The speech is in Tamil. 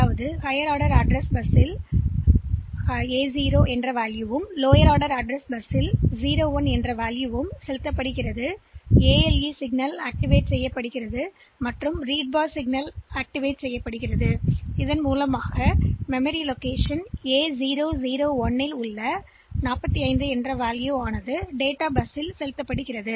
எனவே உயர் ஆர்டர் முகவரி பஸ்ஸில் உயர் வரிசை முகவரி பைட் உள்ளது இது ஒரு 0 லோயர் ஆர்டர் முகவரி பஸ்ஸில் கீழ் வரிசை முகவரி பைட் 0 1 ALE சிக்னல் கொடுக்கப்பட்டுள்ளது மேலும் இந்த ரீட் பார் சிக்னல் இங்கே கொடுக்கப்பட்டுள்ளது இதன் விளைவாக செயலி மெமரி இருப்பிடம் A001 இன் உள்ளடக்கத்துடன் பதிலளிக்கும் மேலும் அந்த மதிப்பு 45 ஆக இருக்கும் அது டேட்டா பஸ்ஸில் கிடைக்கிறது